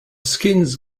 skins